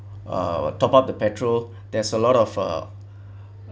uh top up the petrol there's a lot of uh